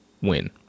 Win